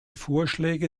vorschläge